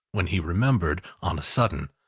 when he remembered, on a sudden,